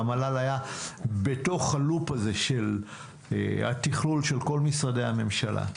שהמל"ל היה בתוך הלופ הזה של התכלול של כל משרדי הממשלה.